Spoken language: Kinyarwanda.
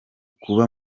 kuba